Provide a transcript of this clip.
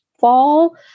fall